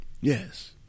Yes